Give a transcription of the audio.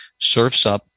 SurfSup